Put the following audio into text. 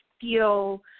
feel